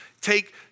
take